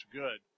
good